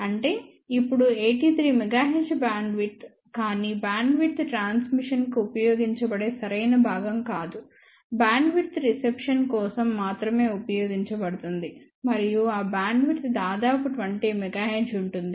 అంటేఇప్పుడు 83 MHz bandwidth కానీ bandwidth transmission కి ఉపయోగించబడే సరైన భాగం కాదు బ్యాండ్విడ్త్ రిసెప్షన్ కోసం మాత్రమే ఉపయోగించబడుతుంది మరియు ఆ బ్యాండ్విడ్త్ దాదాపు 20 MHz ఉంటుంది